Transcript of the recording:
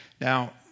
Now